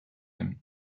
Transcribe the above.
him